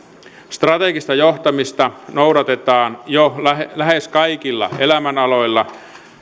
strategista johtamista noudatetaan jo lähes lähes kaikilla elämänaloilla